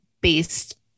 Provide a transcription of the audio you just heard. based